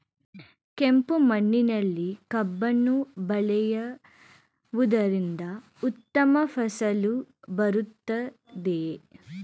ಕೆಂಪು ಮಣ್ಣಿನಲ್ಲಿ ಕಬ್ಬನ್ನು ಬೆಳೆಯವುದರಿಂದ ಉತ್ತಮ ಫಸಲು ಬರುತ್ತದೆಯೇ?